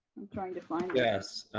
i'm trying to find yes.